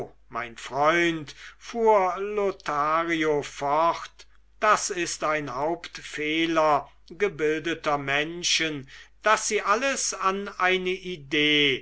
mein freund fuhr lothario fort das ist ein hauptfehler gebildeter menschen daß sie alles an eine idee